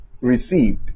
received